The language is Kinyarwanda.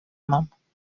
mama